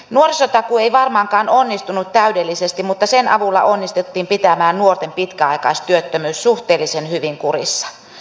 nuorisotakuu ei varmaankaan onnistunut täydellisesti mutta sen avulla onnistuttiin pitämään nuorten pitkäaikaistyöttömyys suhteellisen hyvin kurissa